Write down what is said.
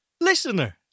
listener